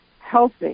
healthy